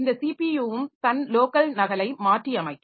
இந்த ஸிபியுவும் தன் லோக்கல் நகலை மாற்றியமைக்கும்